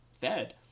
fed